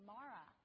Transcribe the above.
Mara